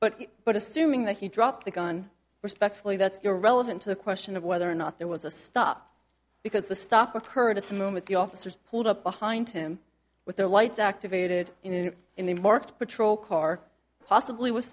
but but assuming that he dropped the gun respectfully that's your relevant to the question of whether or not there was a stop because the stop with her at the moment the officers pulled up behind him with their lights activated in and in the marked patrol car possibly with